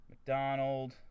McDonald